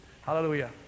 Hallelujah